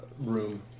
room